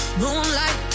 moonlight